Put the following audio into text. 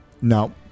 No